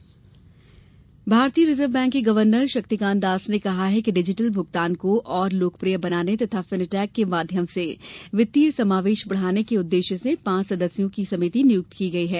reserve bank भारतीय reserve bank के governor Shaktikanta Das ने कहा है कि डिजिटल भुगतान को और लोकप्रिय बनाने तथा फिनिटैक के माध्यम से वित्तीय समावेश बढ़ाने के उद्देश्य से पांच सदस्यों की समिति नियुक्त की गई है